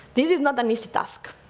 this is not an easy task.